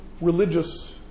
religious